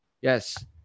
Yes